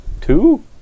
Two